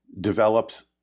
develops